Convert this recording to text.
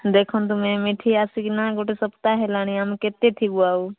ଦେଖନ୍ତୁ ମ୍ୟାମ୍ ଏଠି ଆସିକିନା ଗୋଟେ ସପ୍ତାହ ହେଲାଣି ଆମେ କେତେ ଥିବୁ ଆଉ